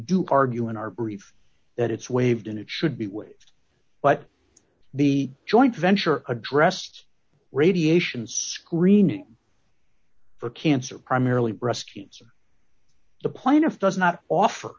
do argue in our brief that it's waived and it should be waived but the joint venture addressed radiations screening for cancer primarily breast cancer the plaintiff does not offer